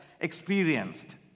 experienced